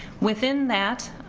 within that,